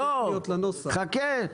לא, חכה בסוף.